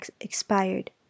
expired